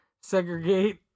segregate